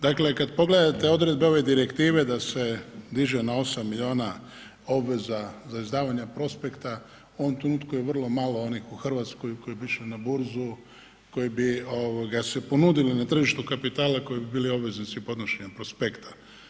Dakle kada pogledate odredbe ove direktive da se diže na osam milijuna obveza za izdavanje prospekta u ovom trenutku je vrlo malo onih u Hrvatskoj koji bi išli na burzu, koji bi se ponudili na tržištu kapitala koji bi bili obveznici podnošenja prospekta.